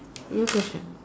your question